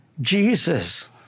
Jesus